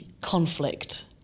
conflict